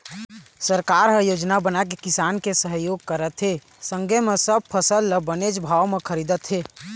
सरकार ह योजना बनाके किसान के सहयोग करत हे संगे म सब फसल ल बनेच भाव म खरीदत हे